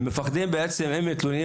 הם מפחדים שאם יתלוננו,